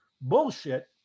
bullshit